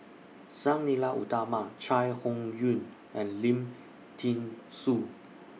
Sang Nila Utama Chai Hon Yoong and Lim Thean Soo